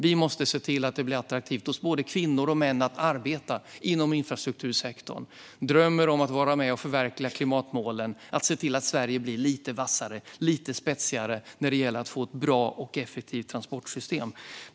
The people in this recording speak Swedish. Vi måste se till att det blir attraktivt för både kvinnor och män att arbeta inom infrastruktursektorn och att både kvinnor och män drömmer om att vara med och förverkliga klimatmålen och att se till att Sverige blir lite vassare och lite spetsigare när det gäller att få ett bra och effektivt transportsystem.